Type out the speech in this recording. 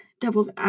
devil's